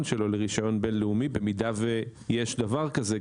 שלו לרישיון בינלאומי במידה ויש דבר כזה.